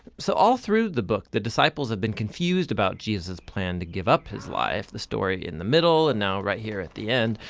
so all through the book the disciples have been confused about jesus' plan to give up his life, the story in the middle and now here at the end.